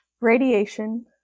Radiation